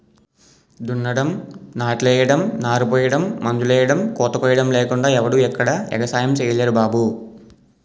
దున్నడం, నాట్లెయ్యడం, నారుపొయ్యడం, మందులెయ్యడం, కోతకొయ్యడం లేకుండా ఎవడూ ఎక్కడా ఎగసాయం సెయ్యలేరు బాబూ